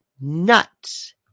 nuts